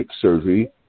surgery